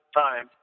time